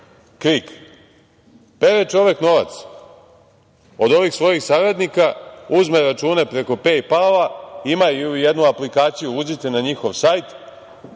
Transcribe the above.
KRIK. Pere čovek novac od ovih svojih saradnika, uzme račune preko „Paypal“, imaju jednu aplikaciju, uđite na njihov sajt,